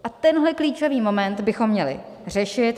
A tenhle klíčový moment bychom měli řešit.